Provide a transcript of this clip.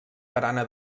barana